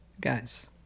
guys